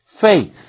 Faith